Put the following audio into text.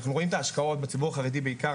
אנחנו רואים את ההשקעות בציבור החרדי בעיקר.